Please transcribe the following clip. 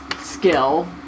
skill